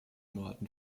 norden